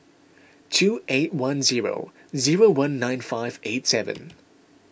two eight one zero zero one nine five eight seven